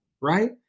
Right